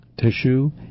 tissue